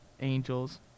Angels